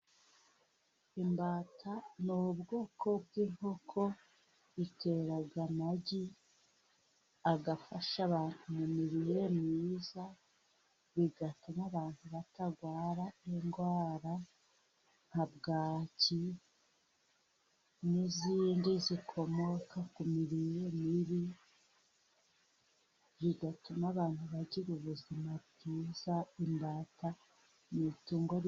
imbata n'ubwoko bw'inkoko itera amagi agafasha mu mirire myiza bigatuma abantu batarwara indwara nka bwaki n'izindi zikomoka ku mirire mibi, bigatuma abantu bagira ubuzima bwiza.